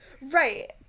Right